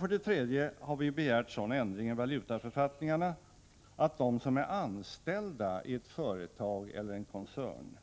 För det tredje har vi begärt sådana ändringar i valutaförfattningarna att de som är anställda i ett företag eller en koncern